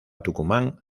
tucumán